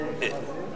בעד,